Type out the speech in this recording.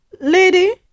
lady